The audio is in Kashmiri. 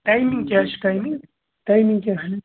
ٹایمِنٛگ کیٛاہ چھُ ٹایمِنٛگ ٹایمِنٛگ کیٛاہ چھِ